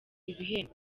ibihembo